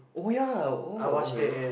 oh ya oh okay